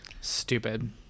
Stupid